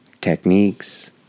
techniques